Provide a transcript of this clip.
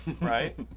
right